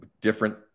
different